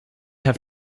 have